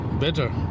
better